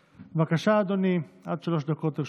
בבקשה, אדוני, עד שלוש דקות לרשותך.